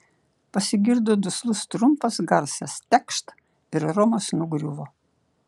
pasigirdo duslus trumpas garsas tekšt ir romas nugriuvo